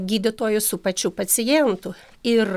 gydytojų su pačių pacientų ir